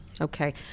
Okay